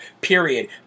period